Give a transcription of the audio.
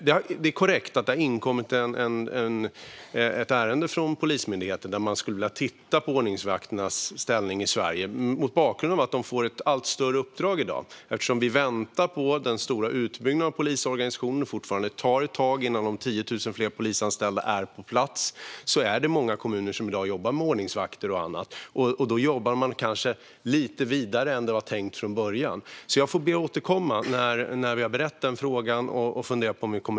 Det är korrekt att det har inkommit ett ärende från Polismyndigheten. Man vill titta på ordningsvakternas ställning i Sverige, mot bakgrund av att de får ett allt större uppdrag. Eftersom vi väntar på den stora utbyggnaden av polisorganisationen och det fortfarande tar ett tag innan de 10 000 fler polisanställda är på plats är det många kommuner som i dag jobbar med ordningsvakter och annat. Då jobbar man kanske lite vidare än det var tänkt från början. Jag ber att få återkomma när vi har berett frågan.